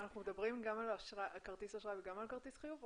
אנחנו מדברים גם על כרטיס אשראי וגם על כרטיס חיוב?